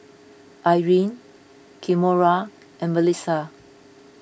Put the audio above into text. Irena Kimora and Mellisa